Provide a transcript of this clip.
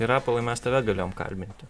tai rapolai mes tave galėjom kalbinti